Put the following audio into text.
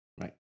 Right